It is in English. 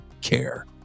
care